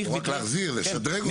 לא רק להחזיר, לשדרג אותם גם.